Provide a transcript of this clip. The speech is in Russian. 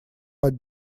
под